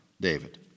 David